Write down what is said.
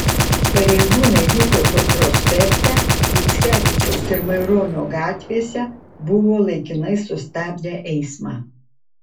pareigūnai vytauto prospekte mickevičiaus ir maironio gatvėse buvo laikinai sustabdę eismą